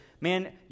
man